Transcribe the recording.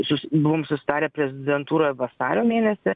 sus buvom susitarę prezidentūroje vasario mėnesį